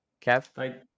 Kev